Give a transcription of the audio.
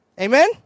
Amen